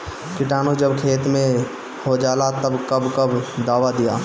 किटानु जब खेत मे होजाला तब कब कब दावा दिया?